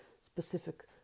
specific